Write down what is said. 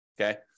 okay